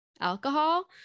alcohol